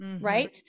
right